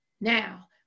Now